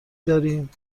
داریم